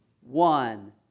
One